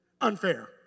unfair